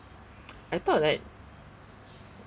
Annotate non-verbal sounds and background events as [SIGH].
[NOISE] I thought like